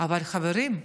אבל חברים,